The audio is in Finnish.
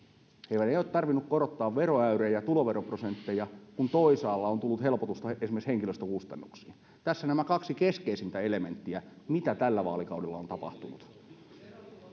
heidän ei ole tarvinnut korottaa veroäyrejä tai tuloveroprosentteja kun toisaalla on tullut helpotusta esimerkiksi henkilöstökustannuksiin tässä nämä kaksi keskeisintä elementtiä mitä tällä vaalikaudella on tapahtunut